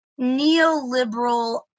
neoliberal